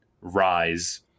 Rise